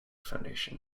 foundation